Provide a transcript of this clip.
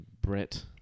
Brett